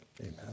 Amen